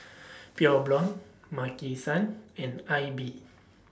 Pure Blonde Maki San and AIBI